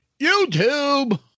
YouTube